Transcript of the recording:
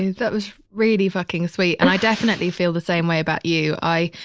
that was really fucking sweet and i definitely feel the same way about you. i,